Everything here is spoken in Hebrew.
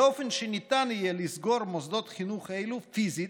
באופן שניתן יהיה לסגור מוסדות חינוך אלו פיזית,